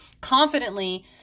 confidently